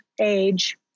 age